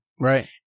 right